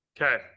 Okay